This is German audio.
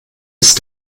ist